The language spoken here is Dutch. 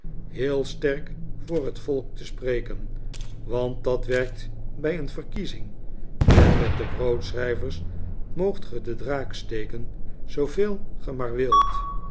heel sterk voor het volk te spreken want dat werkt bij een verkiezing en met de broodschrijvers moogt gij den draak steken zooveel ge maar wilt